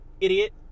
idiot